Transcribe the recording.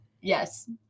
yes